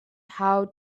how